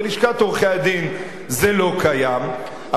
בלשכת עורכי-הדין זה לא קיים,